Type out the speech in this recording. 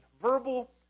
Verbal